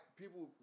people